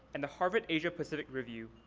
and the harvard asia pacific review.